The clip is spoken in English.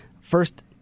first